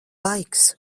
laiks